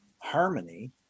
harmony